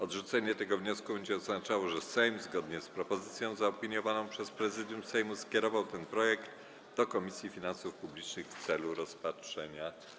Odrzucenie tego wniosku będzie oznaczało, że Sejm, zgodnie z propozycją zaopiniowaną przez Prezydium Sejmu, skierował ten projekt do Komisji Finansów Publicznych w celu rozpatrzenia.